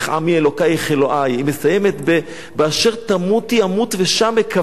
אלוקייך אלוהי" היא מסיימת ב"באשר תמותי אמות ושם אקבר".